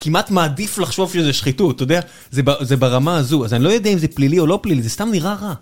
כמעט מעדיף לחשוב שזה שחיתות, אתה יודע? זה ברמה הזו, אז אני לא יודע אם זה פלילי או לא פלילי, זה סתם נראה רע.